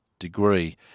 degree